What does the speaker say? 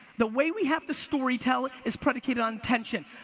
the way we have to storytell is predicated on attention.